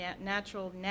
natural